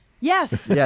yes